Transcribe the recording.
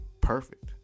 perfect